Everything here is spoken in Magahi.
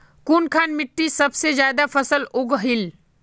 कुनखान मिट्टी सबसे ज्यादा फसल उगहिल?